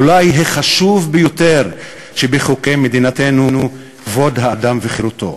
אולי החשוב ביותר שבחוקי מדינתנו: כבוד האדם וחירותו,